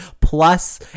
plus